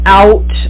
out